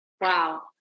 Wow